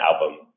album